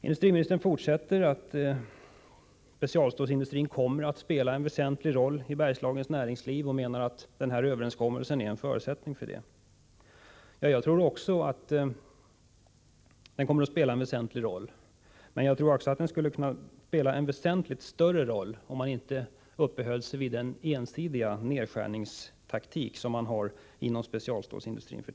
Industriministern säger vidare att specialstålsindustrin kommer att spela en väsentlig roll i Bergslagens näringsliv och menar att denna överenskom melse är en förutsättning härför. Jag tror också att specialstålsindustrin kommer att spela en väsentlig roll men att den kunde spela en betydligt större roll, om man inte uppehöll sig vid den ensidiga nedskärningstaktik som man tillämpar f.n. inom specialstålsindustrin.